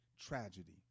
tragedy